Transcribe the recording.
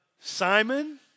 Simon